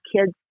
kids